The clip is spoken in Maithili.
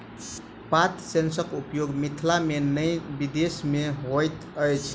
पात सेंसरक उपयोग मिथिला मे नै विदेश मे होइत अछि